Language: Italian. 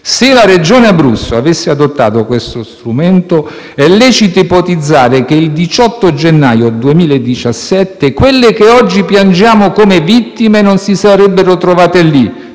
Se la Regione Abruzzo avesse adottato questo strumento, è lecito ipotizzare che il 18 gennaio 2017 quelle che oggi piangiamo come vittime non si sarebbero trovate lì,